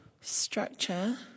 structure